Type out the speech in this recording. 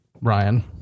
Ryan